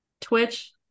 twitch